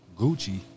Gucci